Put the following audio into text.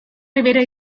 ribera